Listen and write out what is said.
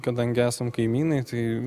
kadangi esam kaimynai tai